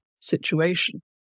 situation